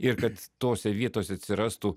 ir kad tose vietose atsirastų